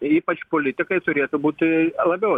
ypač politikai turėtų būti labiau